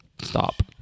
stop